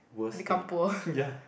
become poor